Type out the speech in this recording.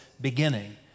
beginning